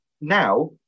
Now